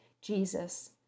Jesus